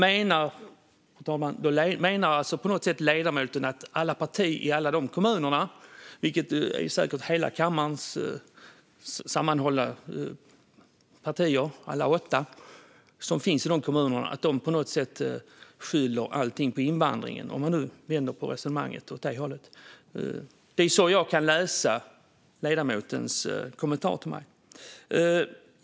Menar alltså ledamoten att de partier som styr i alla dessa kommuner - där är säkert alla kammarens åtta partier med - på något sätt skyller allting på invandringen? Det är på det sättet jag läser ledamotens kommentar till mig.